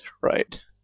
right